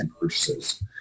purchases